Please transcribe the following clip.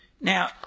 Now